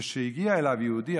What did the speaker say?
וכשהגיע אליו יהודי,